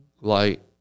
light